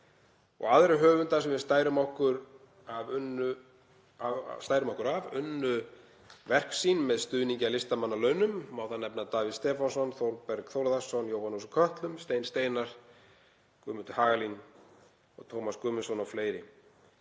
Aðrir höfundar sem við stærum okkur af unnu verk sín með stuðningi af listamannalaunum. Má þar nefna Davíð Stefánsson, Þórberg Þórðarson, Jóhannes úr Kötlum, Stein Steinarr, Guðmund Hagalín, Tómas Guðmundsson o.fl.